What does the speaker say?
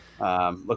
Look